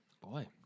Boy